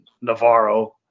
Navarro